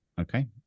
Okay